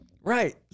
Right